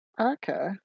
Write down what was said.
Okay